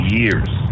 years